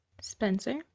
Spencer